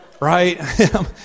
Right